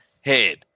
head